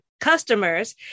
customers